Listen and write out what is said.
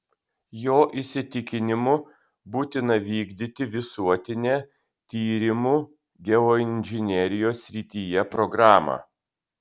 jo įsitikinimu būtina vykdyti visuotinę tyrimų geoinžinerijos srityje programą